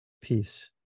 Peace